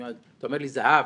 אתה אומר לי זהב,